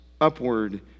upward